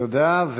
תודה.